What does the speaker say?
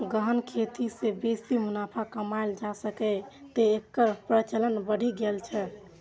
गहन खेती सं बेसी मुनाफा कमाएल जा सकैए, तें एकर प्रचलन बढ़ि गेल छै